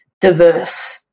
diverse